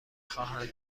خواهند